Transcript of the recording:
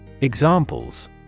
Examples